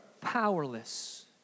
powerless